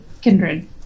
kindred